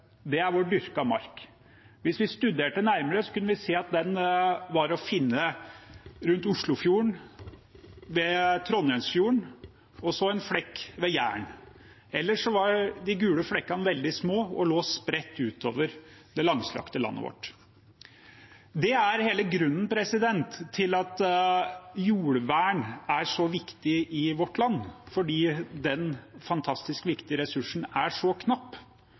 Det er vår dyrka mark. Hvis vi studerte det nærmere, kunne vi se at den var å finne rundt Oslofjorden, ved Trondheimsfjorden – og så en flekk ved Jæren. Ellers var de gule flekkene veldig små og lå spredt utover det langstrakte landet vårt. Det er hele grunnen til at jordvern er så viktig i vårt land: Den fantastisk viktige ressursen er så knapp.